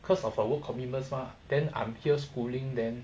because of our work commitments mah then I'm here schooling then